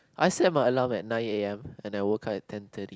I set my alarm at nine a_m and I woke up at ten thirty